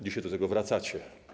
Dzisiaj do tego wracacie.